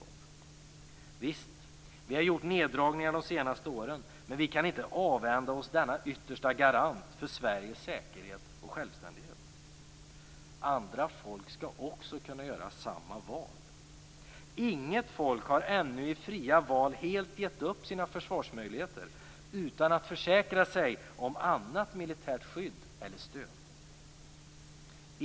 Visst, vi har gjort neddragningar de senaste åren, men vi kan inte avhända oss denna yttersta garant för Sveriges säkerhet och självständighet. Andra folk skall också kunna göra samma val. Inget folk har ännu i fria val helt gett upp sina försvarsmöjligheter utan att försäkra sig om annat militärt skydd eller stöd.